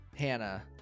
hannah